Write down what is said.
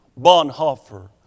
Bonhoeffer